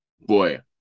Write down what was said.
boy